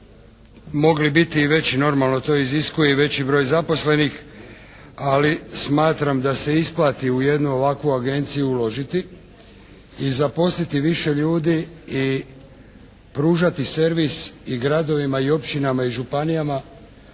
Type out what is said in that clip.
to iziskuje i veći broj zaposlenih ali smatram da se isplati u jednu ovakvu agenciju uložiti i zaposliti više ljudi i pružati servis i gradovima, i općinama i županijama